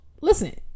listen